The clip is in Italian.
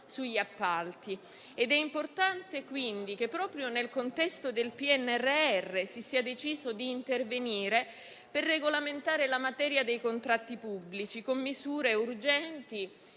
sugli appalti. È importante che, proprio nel contesto del PNRR, si sia deciso di intervenire per regolamentare la materia dei contratti pubblici con misure urgenti